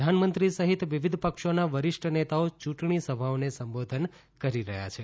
પ્રધાનમંત્રી સહિત વિવિધ પક્ષોના વરિષ્ઠ નેતાઓ યૂંટણી સભાઓને સંબોધન કરી રહ્યા છે